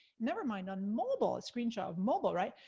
never mind, on mobile, screen shot of mobile, right?